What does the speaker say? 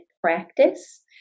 practice